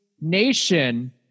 nation